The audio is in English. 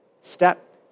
step